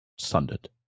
sundered